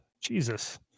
Jesus